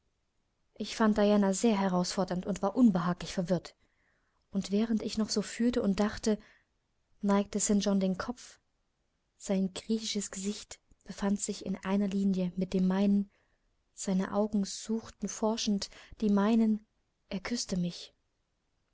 ich fand diana sehr herausfordernd und war unbehaglich verwirrt und während ich noch so fühlte und dachte neigte st john den kopf sein griechisches gesicht befand sich in einer linie mit dem meinen seine augen suchten forschend die meinen er küßte mich